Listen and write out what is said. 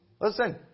listen